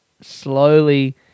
slowly